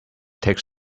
takes